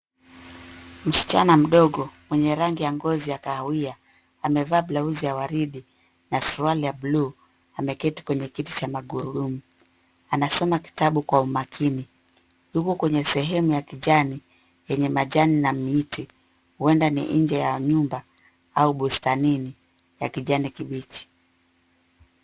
Msichana mdogo mwenye rangi ngozi ya kahawia, amevaa blauzi ya waridi na suruali ya buluu, ameketi kwenye kiti cha magurudumu. Anasoma kitabu kwa umakini huku kwenye sehemu ya kijani yenye majini na miti, huenda ni nje ya nyumba au bustanini ya kijani kibichi.